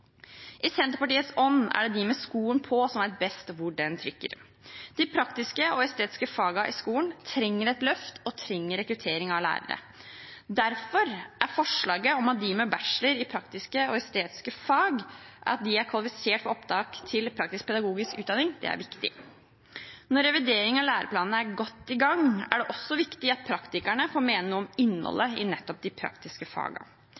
I Senterpartiets ånd er det de med skoen på som vet best hvor den trykker. De praktiske og estetiske fagene i skolen trenger et løft, og de trenger rekruttering av lærere. Derfor er forslaget om å sikre at de med bachelor i praktiske og estetiske fag er kvalifisert for opptak til praktisk-pedagogisk utdanning, viktig. Nå som revideringen av læreplanene er godt i gang, er det viktig at praktikerne også får mene noe om